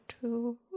to-